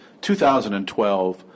2012